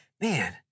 man